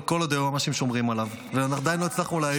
כל עוד היועמ"שים שומרים עליו ואנחנו עדיין לא הצלחנו להעיף מפה.